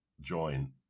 join